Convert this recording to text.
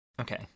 Okay